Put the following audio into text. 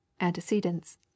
antecedents—